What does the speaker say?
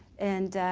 and, ah,